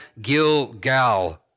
Gilgal